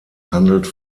handelt